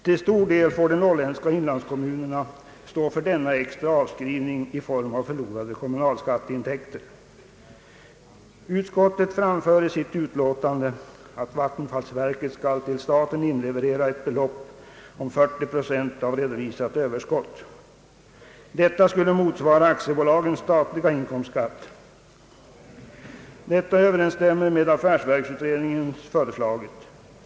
Till stor del får de norrländska inlandskommunerna stå för denna extra avskrivning i form av förlorade kommunalskatteintäkter. Utskottet framför i sitt betänkande att vattenfallsverket skall till staten inleverera ett belopp om 40 procent av redovisat överskott. Detta skulle motsvara aktiebolagens statliga inkomstskatt, vilket överensstämmer med vad affärsverksutredningen föreslagit.